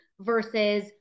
versus